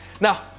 Now